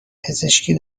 پزشکی